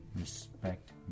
respect